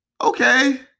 Okay